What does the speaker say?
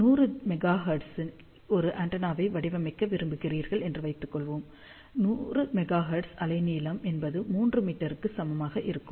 100 megahertz ல் ஒரு ஆண்டெனாவை வடிவமைக்க விரும்புகிறீர்கள் என்று வைத்துக்கொள்வோம் 100 மெகா ஹெர்ட்ஸ் அலைநீளம் என்பது 3 மீட்டருக்கு சமமாக இருக்கும்